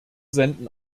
senden